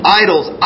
idols